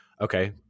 okay